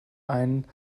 ein